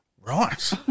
Right